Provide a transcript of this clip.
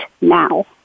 now